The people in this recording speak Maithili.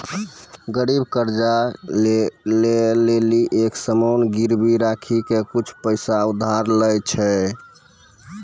गरीब कर्जा ले लेली एक सामान गिरबी राखी के कुछु पैसा उधार लै छै